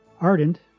Ardent